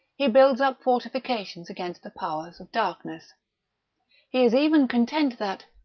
he builds up fortifications against the powers of darkness. he is even content that,